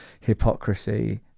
hypocrisy